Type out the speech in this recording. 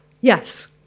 Yes